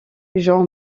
john